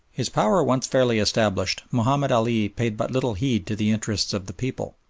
his power once fairly established, mahomed ali paid but little heed to the interests of the people,